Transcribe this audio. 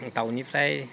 दाउनिफ्राय